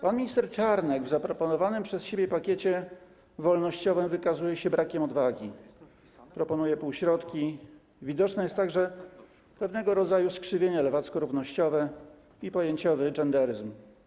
Pan minister Czarnek w zaproponowanym przez siebie pakiecie wolnościowym wykazuje się brakiem odwagi, proponuje półśrodki, widoczne jest także pewnego rodzaju skrzywienie lewacko-równościowe i pojęciowy genderyzm.